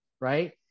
Right